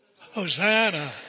Hosanna